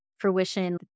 fruition